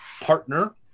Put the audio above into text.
partner